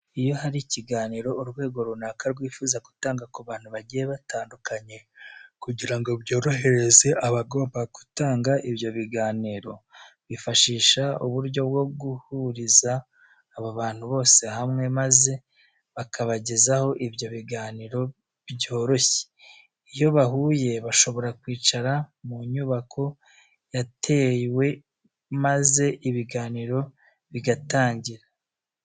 Iyo hari ikiganiro urwego runaka rwifuza gutanga ku bantu bagiye batandukanye kugira ngo byorohereze abagomba gutanga ibyo biganiro bifashisha uburyo bwo guhuriza abo bantu bose hamwe maze bakabagezaho ibyo biganiro byoroshye. Iyo bahuye bashobora kwicara mu nyubako yateguwe maze ibiganiro bigatangira.